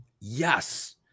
Yes